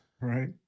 right